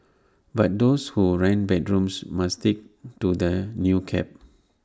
but those who rent bedrooms must stick to the new cap